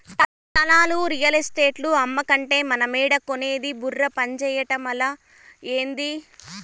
స్థలాలు రియల్ ఎస్టేటోల్లు అమ్మకంటే మనమేడ కొనేది బుర్ర పంజేయటమలా, ఏంది